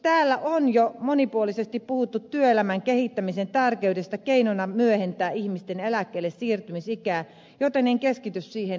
täällä on jo monipuolisesti puhuttu työelämän kehittämisen tärkeydestä keinona myöhentää ihmisten eläkkeelle siirtymisikää joten en keskity siihen enempää